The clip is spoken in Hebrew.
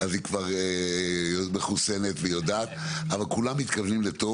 היא מחוסנת ויודעת אבל כולנו מתכוונים לטוב